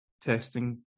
testing